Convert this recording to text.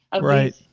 Right